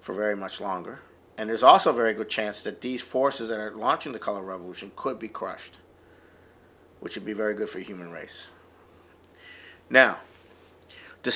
for very much longer and is also a very good chance that these forces are launching the color revolution could be crushed which would be very good for human race now t